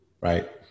right